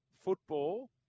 football